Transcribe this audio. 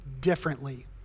differently